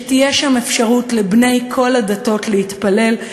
שתהיה שם אפשרות לבני כל הדתות להתפלל.